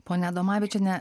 ponia adomavičiene